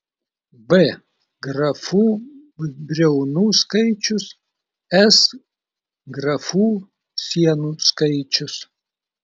b grafų briaunų skaičius s grafų sienų skaičius